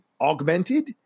augmented